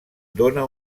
dóna